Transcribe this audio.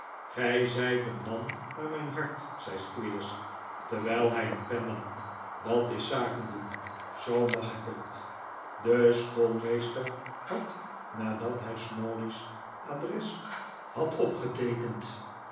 gij zijt een man naar mijn hart zei squeers terwijl hij een pen nam dat is zaken doen zoo mag ik het de schoolmeester had nadat hij snawley's adres had opgeteekend